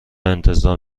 انتظار